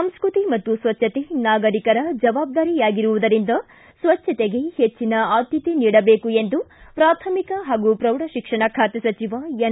ಸಂಸ್ಕೃತಿ ಮತ್ತು ಸ್ವಚ್ಚತೆ ಪ್ರತಿಯೊಬ್ಬ ನಾಗರೀಕರ ಜವಾಬ್ದಾರಿಯಾಗಿರುವುದರಿಂದ ಸ್ವಚ್ಚತೆಗೆ ಹೆಚ್ಚನ ಆದ್ಯತೆ ನೀಡಬೇಕು ಎಂದು ಪ್ರಾಥಮಿಕ ಹಾಗೂ ಪ್ರೌಢಶಿಕ್ಷಣ ಖಾತೆ ಸಚಿವ ಎನ್